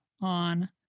on